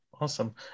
Awesome